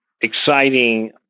exciting